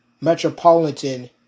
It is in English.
metropolitan